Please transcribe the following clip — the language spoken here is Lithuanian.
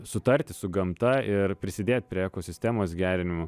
sutarti su gamta ir prisidėt prie ekosistemos gerinimo